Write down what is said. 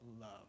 love